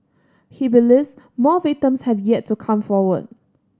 he believes more victims have yet to come forward